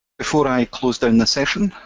before i close down the session,